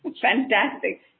Fantastic